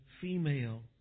female